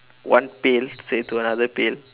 one pail say to another pail